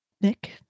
Nick